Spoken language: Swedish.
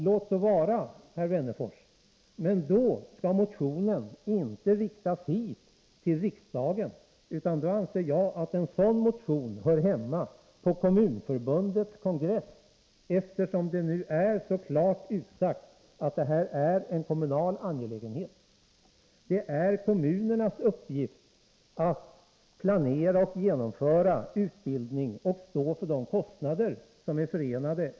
Låt så vara, Alf Wennerfors, men då skall inte motionen väckas här i riksdagen. Jag anser i så fall att den hör hemma på Kommunförbundets kongress, eftersom det är så klart utsagt att det här är en kommunal angelägenhet. Det är kommunernas uppgift att planera för och genomföra utbildning samt stå för kostnaderna därför.